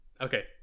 Okay